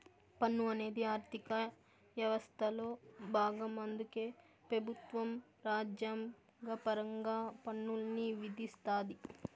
పన్ను అనేది ఆర్థిక యవస్థలో బాగం అందుకే పెబుత్వం రాజ్యాంగపరంగా పన్నుల్ని విధిస్తాది